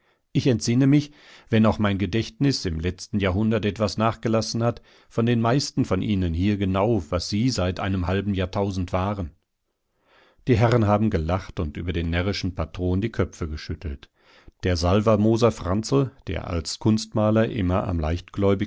ich entsinne mich wenn auch mein gedächtnis im letzten jahrhundert etwas nachgelassen hat von den meisten von ihnen hier genau was sie seit einem halben jahrtausend waren die herren haben gelacht und über den närrischen patron die köpfe geschüttelt der salvermoser franzl der als kunstmaler immer am